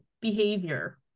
behavior